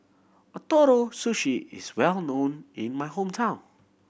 Ootoro Sushi is well known in my hometown